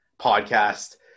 podcast